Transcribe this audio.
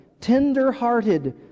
tender-hearted